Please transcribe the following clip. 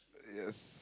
yes